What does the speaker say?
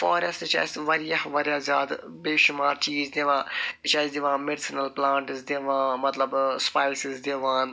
forest چھِ اَسہِ واریاہ واریاہ زیادٕ بے شُمار چیٖز دِوان یہِ چھُ اَسہِ دِوان میٚڈِسنَل پٕلانٛٹس دِوان مَطلَب سپایسِز دِوان